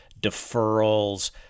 deferrals